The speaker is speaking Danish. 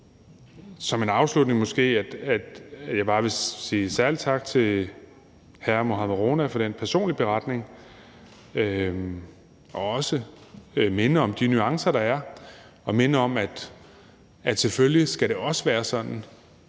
som en afslutning, måske, at jeg bare særlig vil sige tak til hr. Mohammad Rona for den personlige beretning og også minde om de nuancer, der er, og minde om, at det selvfølgelig også skal være sådan,